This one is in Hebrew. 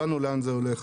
הבנו לאן זה הולך.